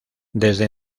desde